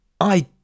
I